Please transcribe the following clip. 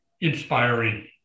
inspiring